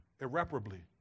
irreparably